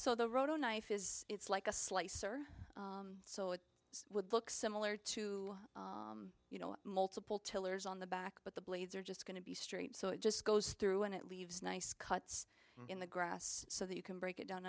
so the row knife is it's like a slice or so it would look similar to you know multiple tiller's on the back but the blades are just going to be straight so it just goes through and it leaves nice cuts in the grass so that you can break it down